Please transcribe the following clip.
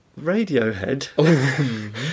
Radiohead